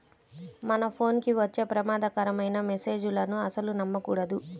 మన ఫోన్ కి వచ్చే ప్రమాదకరమైన మెస్సేజులను అస్సలు నమ్మకూడదు